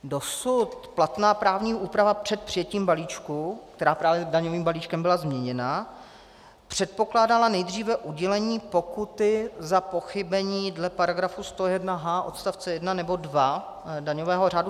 Dosud platná právní úprava před přijetím balíčku, která právě s daňovým balíčkem byla změněna, předpokládala nejdříve udělení pokuty za pochybení dle § 101h odst. 1 nebo 2 daňového řádu.